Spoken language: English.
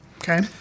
Okay